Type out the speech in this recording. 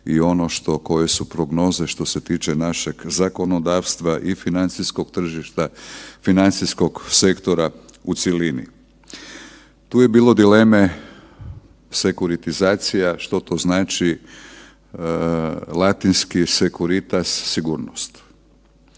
i ono koje su prognoze što se tiče našeg zakonodavstva i financijskog tržišta, financijskog sektora u cjelini. Tu je bilo dileme sekuritizacija što to znači? Latinski „securitas“, sigurnost,